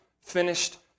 finished